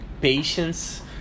patience